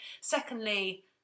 secondly